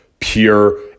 pure